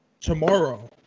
tomorrow